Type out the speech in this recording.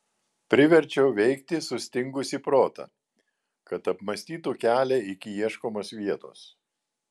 priverčiau veikti sustingusį protą kad apmąstytų kelią iki ieškomos vietos